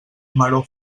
maror